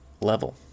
level